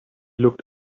looked